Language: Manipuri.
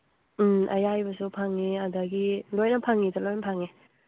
ꯎꯝ ꯑꯌꯥꯏꯕꯁꯨ ꯐꯪꯉꯤ ꯑꯗꯒꯤ ꯂꯣꯏꯅ ꯐꯪꯉꯤꯗ ꯂꯣꯏ ꯐꯪꯉꯤ